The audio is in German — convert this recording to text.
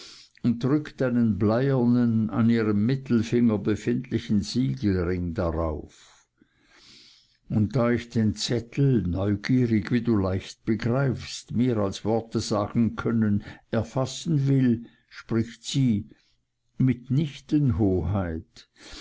und drückt einen bleiernen an ihrem mittelfinger befindlichen siegelring darauf und da ich den zettel neugierig wie du leicht begreifst mehr als worte sagen können erfassen will spricht sie mitnichten hoheit